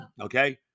Okay